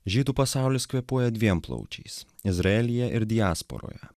žydų pasaulis kvėpuoja dviem plaučiais izraelyje ir diasporoje